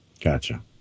Gotcha